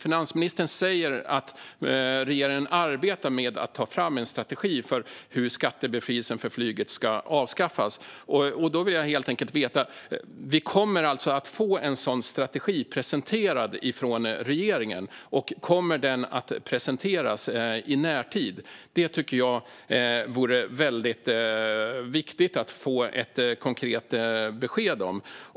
Finansministern säger att regeringen arbetar med att ta fram en strategi för hur skattebefrielsen för flyget ska avskaffas. Kommer vi att få en sådan strategi presenterad från regeringen, och kommer den att presenteras i närtid? Det tycker jag vore väldigt viktigt att få ett konkret besked om.